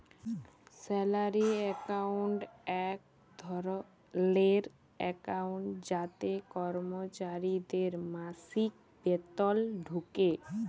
salary account এক ধরলের account যাতে করমচারিদের মাসিক বেতল ঢুকে